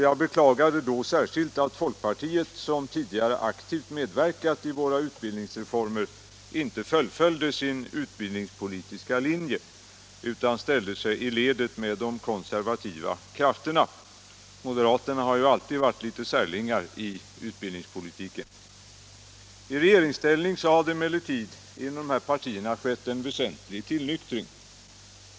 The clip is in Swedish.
Jag beklagade då särskilt att folkpartiet, som tidigare aktivt medverkat i våra utbildningsreformer, inte fullföljde sin utbildningspolitiska linje utan ställde sig i ledet med de konservativa krafterna. Moderaterna har ju alltid varit litet av särlingar inom utbildningspolitiken. I regeringsställning har det emellertid inom dessa partier skett en väsentlig tillnyktring.